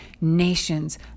nations